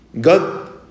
God